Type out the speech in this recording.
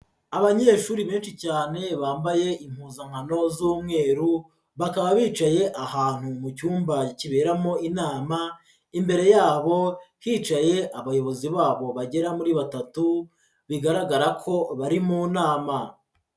Abanyeshuri benshi cyane bambaye impuzankano z'umweru, bakaba bicaye ahantu mu cyumba kiberamo inama, imbere yabo hicaye abayobozi babo bagera kuri batatu, bigaragara ko bari mu nama.